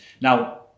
Now